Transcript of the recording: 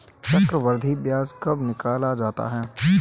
चक्रवर्धी ब्याज कब निकाला जाता है?